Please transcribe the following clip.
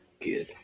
Good